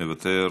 מוותר,